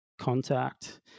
contact